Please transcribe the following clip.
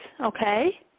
okay